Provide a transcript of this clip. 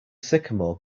sycamore